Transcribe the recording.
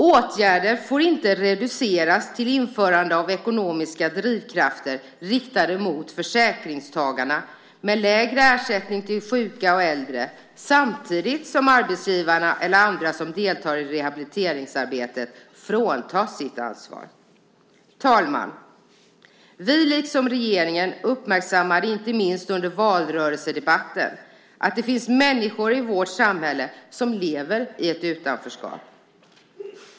Åtgärder får inte reduceras till införande av ekonomiska drivkrafter riktade mot försäkringstagarna med lägre ersättning till sjuka och äldre samtidigt som arbetsgivarna eller andra som deltar i rehabiliteringsarbetet fråntas sitt ansvar. Fru talman! Vi liksom regeringen uppmärksammade inte minst under valrörelsedebatten att det finns människor i vårt samhälle som lever i ett utanförskap.